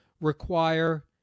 require